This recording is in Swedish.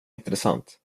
intressant